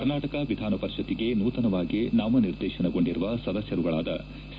ಕರ್ನಾಟಕ ವಿಧಾನ ಪರಿಷತ್ತಿಗೆ ನೂತನವಾಗಿ ನಾಮನಿರ್ದೇಶನ ಗೊಂಡಿರುವ ಸದಸ್ಯರುಗಳಾದ ಸಿ